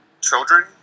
children